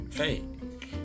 fake